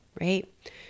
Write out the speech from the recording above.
right